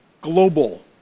global